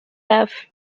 have